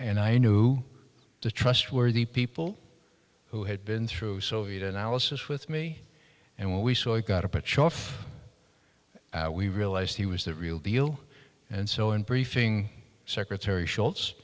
and i knew the trustworthy people who had been through soviet analysis with me and what we saw i got a pitch off we realized he was the real deal and so in briefing secretary sh